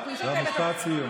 סימון,